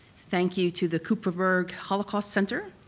thank you to the kupferberg holocaust center,